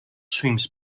swims